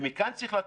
ומכאן צריך להתחיל,